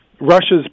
Russia's